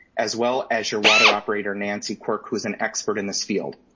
as well as your water operator, nancy quirk who's an expert in this field.